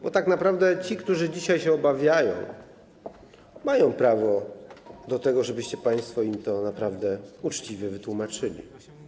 Bo tak naprawdę ci, którzy dzisiaj się obawiają, mają prawo do tego, żebyście państwo im to uczciwie wytłumaczyli.